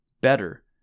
Better